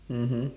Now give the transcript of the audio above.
mmhmm